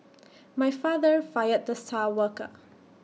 my father fired the star worker